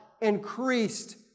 increased